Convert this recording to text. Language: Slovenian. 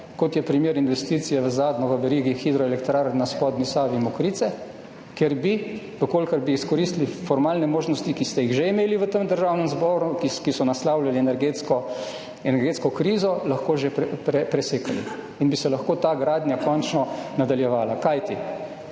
so na primer investicije v zadnjo v verigi hidroelektrarn na spodnji Savi – Mokrice, kjer bi, če bi izkoristili formalne možnosti, ki ste jih že imeli v Državnem zboru, ki so naslavljali energetsko krizo, lahko že presekali in bi se lahko ta gradnja končno nadaljevala, kajti